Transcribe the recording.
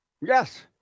Yes